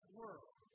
world